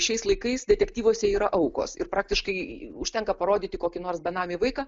šiais laikais detektyvuose yra aukos ir praktiškai užtenka parodyti kokį nors benamį vaiką